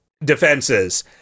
defenses